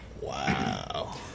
Wow